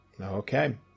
Okay